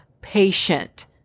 patient